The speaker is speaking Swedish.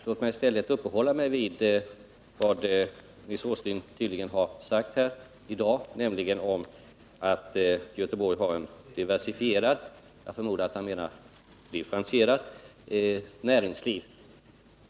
Låt mig i stället uppehålla mig vid vad Nils Åsling tydligen har sagt här i dag, nämligen att Göteborg har ett diversifierat — jag förmodar att han menar differentierat — näringsliv.